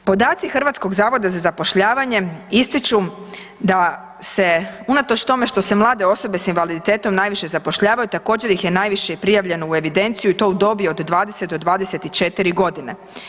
Podaci Hrvatskog zavoda za zapošljavanje ističu da se unatoč tome što se mlade osobe s invaliditetom najviše zapošljavaju također ih je najviše i prijavljeno u evidenciju i to u dobi od 20 do 24 godine.